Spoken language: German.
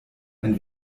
ein